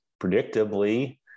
predictably